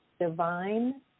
divine